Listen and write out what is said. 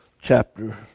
chapter